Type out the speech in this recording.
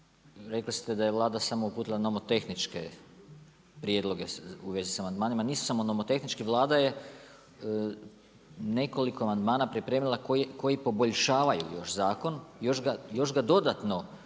rekli ste da je Vlada samo uputila nov-tehničke prijedloge u vezi sa amandmanima, nisu samo novo-tehničke, Vlada je nekoliko amandmana pripremila koji poboljšavaju još zakon, još ga dodatno poboljšavaju